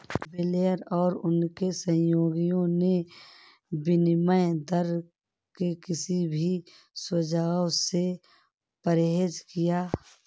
Blair और उनके सहयोगियों ने विनिमय दर के किसी भी सुझाव से परहेज किया